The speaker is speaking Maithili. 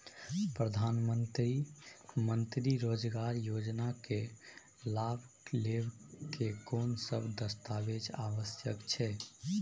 प्रधानमंत्री मंत्री रोजगार योजना के लाभ लेव के कोन सब दस्तावेज आवश्यक छै?